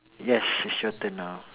yes it's your turn now